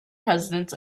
presidents